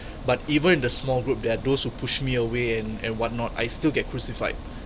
but even in the small group there are those who push me away and and what not I still get crucified